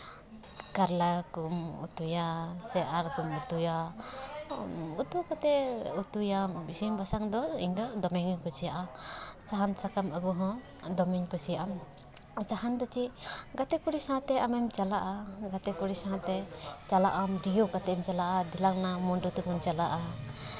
ᱠᱟᱨᱞᱟ ᱠᱚᱢ ᱩᱛᱩᱭᱟ ᱥᱮ ᱟᱹᱞᱩ ᱠᱚᱢ ᱩᱛᱩᱭᱟ ᱩᱛᱩ ᱠᱟᱛᱮ ᱩᱛᱩᱭᱟᱢ ᱤᱥᱤᱱ ᱵᱟᱥᱟᱝ ᱫᱚ ᱤᱧ ᱫᱚ ᱫᱚᱢᱮ ᱜᱮᱧ ᱠᱩᱥᱤᱭᱟᱜᱼᱟ ᱥᱟᱦᱟᱱ ᱥᱟᱠᱟᱢ ᱟᱹᱜᱩ ᱦᱚᱸ ᱫᱚᱢᱮᱧ ᱠᱩᱥᱤᱭᱟᱜᱼᱟ ᱟᱨ ᱥᱟᱦᱟᱱ ᱫᱚ ᱪᱮᱫ ᱜᱟᱛᱮ ᱠᱩᱲᱤ ᱥᱟᱶ ᱛᱮ ᱟᱢᱮᱢ ᱪᱟᱞᱟᱜᱼᱟ ᱜᱟᱛᱮ ᱠᱩᱲᱤ ᱥᱟᱶᱛᱮ ᱪᱟᱞᱟᱜ ᱟᱢ ᱨᱤᱭᱟᱹᱣ ᱠᱟᱛᱮ ᱮᱢ ᱪᱟᱞᱟᱜᱼᱟ ᱫᱮᱞᱟᱱᱟ ᱢᱩᱸᱰᱩ ᱛᱮᱵᱚᱱ ᱪᱟᱞᱟᱜᱼᱟ